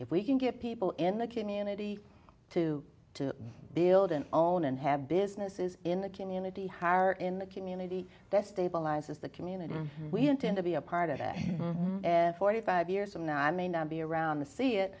if we can get people in the community to to build an own and have businesses in the community hire in the community that stabilizes the community we intend to be a part of a forty five years from now i may not be around the see it